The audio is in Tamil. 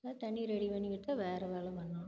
இது தண்ணி ரெடி பண்ணிக்கிட்டுதான் வேறு வேலை பண்ணணும்